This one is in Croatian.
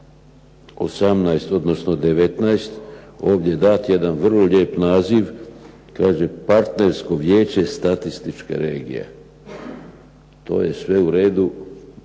članku 19. ovdje je dat jedan vrlo lijep naziv, kaže partnersko vijeće statističke regije. To je sve uredu.